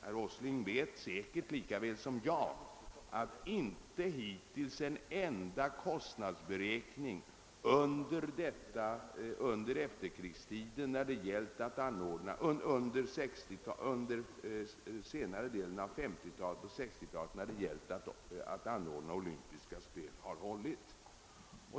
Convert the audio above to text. Herr Åsling vet säkerligen lika väl som jag att hittills inte en enda kostnadsberäkning under senare delen av 1950-talet och under 1960-talet för anordnande av olympiska spel har hållit.